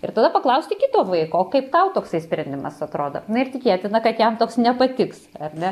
ir tada paklausti kito vaiko o kaip tau toksai sprendimas atrodo na ir tikėtina kad jam toks nepatiks ar ne